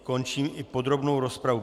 Končím i podrobnou rozpravu.